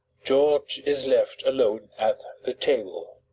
george is left alone at the table.